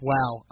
Wow